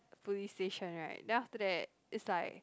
police station right then after that is like